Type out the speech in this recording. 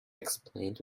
explained